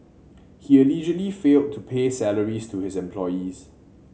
he allegedly failed to pay salaries to his employees